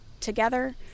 together